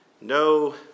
No